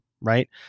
right